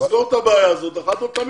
לסגור את הבעיה הזאת אחת ולתמיד.